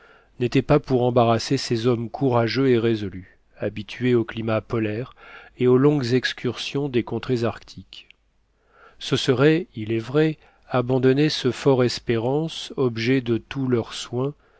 n'étaient pas pour embarrasser ces hommes courageux et résolus habitués aux climats polaires et aux longues excursions des contrées arctiques ce serait il est vrai abandonner ce fort espérance objet de tous leurs soins